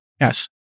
Yes